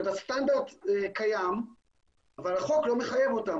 הסטנדרט קיים אבל החוק לא מחייב אותם.